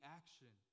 action